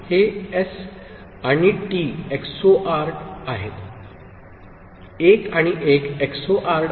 हे एस आणि T XORed आहेत 1 आणि 1 एक्सओरेड आहेत